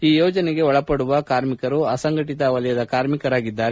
ಈ ಯೋಜನೆಗೆ ಒಳಪಡುವ ಕಾರ್ಮಿಕರು ಅಸಂಘಟತ ವಲಯದ ಕಾರ್ಮಿಕರಾಗಿದ್ದು